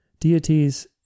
deities